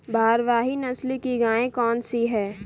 भारवाही नस्ल की गायें कौन सी हैं?